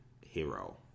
hero